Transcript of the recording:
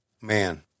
Man